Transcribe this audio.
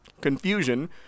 confusion